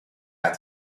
had